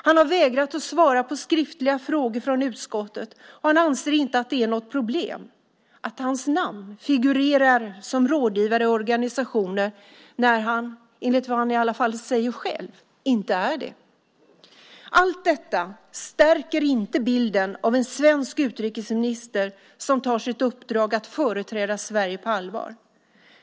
Han har vägrat att svara på skriftliga frågor från utskottet, och han anser inte att det är ett problem att han med sitt namn figurerar som rådgivare i organisationer när han, enligt vad han säger själv, inte är det. Allt detta stärker inte bilden av en svensk utrikesminister som tar sitt uppdrag att företräda Sverige på allvar.